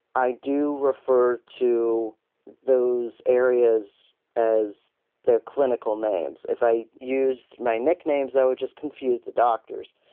i do refer to those areas as their clinical names. if i use my nicknames i would just confuse the doctors.